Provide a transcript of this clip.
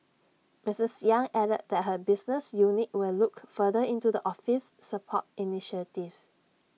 Mrs yang added that her business unit will look further into the office's support initiatives